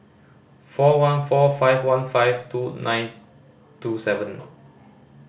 four one four five one five two nine two seven